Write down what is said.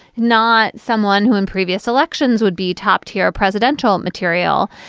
not someone who in previous elections would be top tier presidential material.